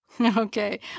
Okay